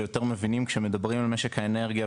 שיותר מבינים כשמדברים על משק האנרגיה,